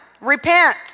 Repent